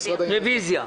רוויזיה.